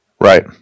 Right